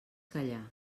callar